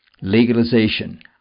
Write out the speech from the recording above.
legalization